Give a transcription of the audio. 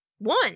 One